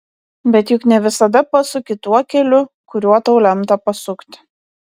bet juk ne visada pasuki tuo keliu kuriuo tau lemta pasukti